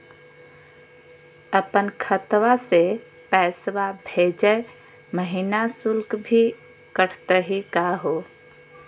अपन खतवा से पैसवा भेजै महिना शुल्क भी कटतही का हो?